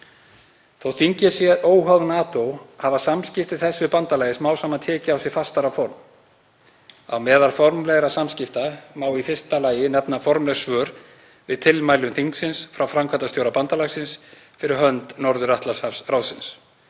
Þótt þingið sé óháð NATO hafa samskipti þess við bandalagið smám saman tekið á sig fastara form. Á meðal formlegra samskipta má í fyrsta lagi nefna formleg svör við tilmælum þingsins frá framkvæmdastjóra bandalagsins fyrir hönd Norður-Atlantshafsráðsins.